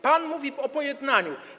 Pan mówi o pojednaniu.